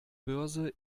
börse